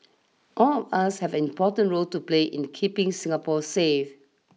all of us have an important role to play in keeping Singapore safe